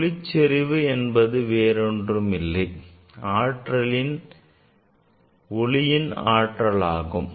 ஒளிசெறிவு என்பது வேறொன்றுமில்லை ஒளியின் ஆற்றலாகும்